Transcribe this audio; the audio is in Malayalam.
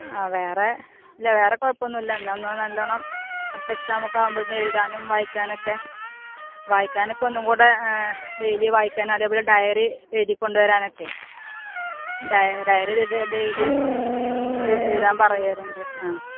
ആ വേറെ വേറെ കുഴപ്പമൊന്നുമില്ല എന്നാൽ എന്നാൽ നല്ലവണ്ണം അടുത്ത എക്സാം ആകുമ്പോഴേക്കും എഴുതാനും വായിക്കാനൊക്കെ വായിക്കാനൊക്കെ ഒന്നും കൂടെ ഡെയിലി വായിക്കാനും അതേപോലെ ഡയറി എഴുതി കൊണ്ട് വരാനൊക്കെ ഡയറി ഡയറി ഡെയിലി എഴുതാൻ പറയാറുണ്ട് ആ